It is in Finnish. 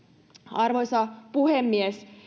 arvoisa puhemies